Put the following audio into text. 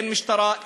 אין משטרה,